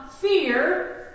fear